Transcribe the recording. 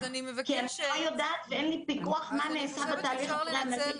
כי אני לא יודעת ואין לי פיקוח מה נעשה בתהליך הפרה אנליטי.